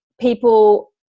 people